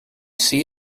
see